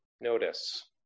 Notice